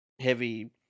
heavy